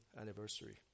anniversary